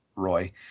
Roy